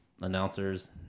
announcers